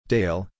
Dale